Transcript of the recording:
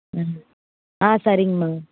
ம் ஆ சரிங்கம்மா